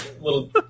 little